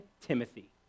Timothy